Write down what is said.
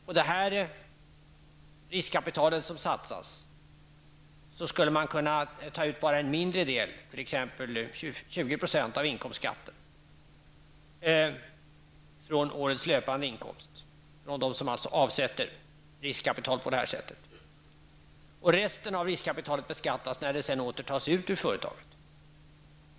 På det riskkapital som satsas skulle man kunna ta ut bara en mindre del, t.ex. 20 %, av inkomstskatten från årets löpande inkomst från dem som avsätter riskkapital på detta sätt. Resten av riskkapitalet beskattas när det sedan tas ut ur företaget.